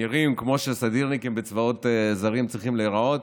נראים כמו שסדירניקים בצבאות זרים צריכים להיראות,